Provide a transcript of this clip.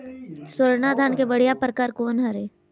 स्वर्णा धान के बढ़िया परकार कोन हर ये?